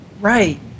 Right